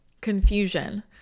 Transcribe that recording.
Confusion